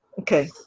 Okay